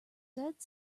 said